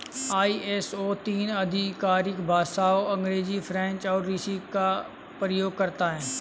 ISO तीन आधिकारिक भाषाओं अंग्रेजी, फ्रेंच और रूसी का प्रयोग करता है